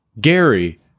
Gary